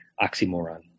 oxymoron